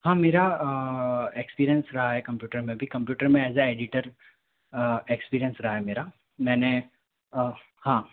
हाँ मेरा एक्सपीरियंस रहा है कंप्यूटर में भी कंप्यूटर में ऐज़ अ ऐडिटर एक्सपीरियंस रहा है मेरा मैंने हाँ